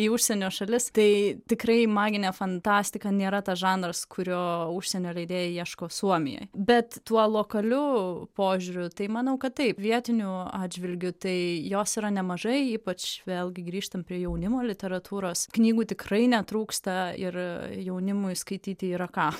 į užsienio šalis tai tikrai maginė fantastika nėra tas žanras kurio užsienio leidėjai ieško suomijoj bet tuo lokaliu požiūriu tai manau kad taip vietinių atžvilgiu tai jos yra nemažai ypač vėlgi grįžtam prie jaunimo literatūros knygų tikrai netrūksta ir jaunimui skaityti yra ką